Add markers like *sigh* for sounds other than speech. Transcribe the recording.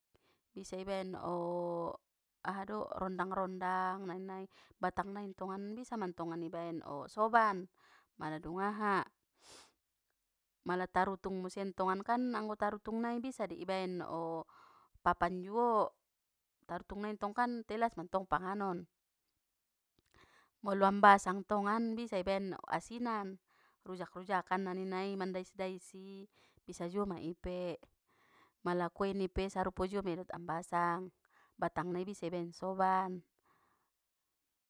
Bisa ibaen *hesitation* aha do rondang-rondang na ninna i batang nai bisa mantong ibaen soban pala dung aha *noise* mala tarutung musen tongan kan anggo tarutung nai bisa dei ibaen o papan juo tarutung nai tong kan jelas mantong kan panganon, molo ambasang tongan bisa ibaen asinan rujak-rujakan na ninnai mandais-daisi bisa juo ma ipe, mala kuweni pe sarupo juo mei dot ambasang batang nai bisa ibaen soban.